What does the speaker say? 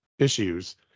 issues